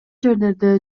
жерлерде